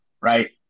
Right